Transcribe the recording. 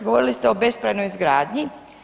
Govorili ste o bespravnoj izgradnji.